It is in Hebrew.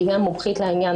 שהיא גם המומחית לעניין,